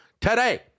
today